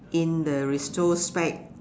in the retrospect